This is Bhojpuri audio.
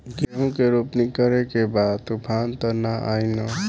गेहूं के रोपनी करे के बा तूफान त ना आई न?